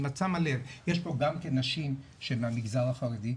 אם את שמה לב יש פה גם כן נשים שהן מהמגזר החרדי,